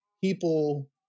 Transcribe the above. people